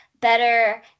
better